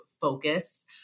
focus